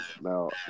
Now